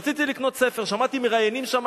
רציתי לקנות ספר, שמעתי שמראיינים שם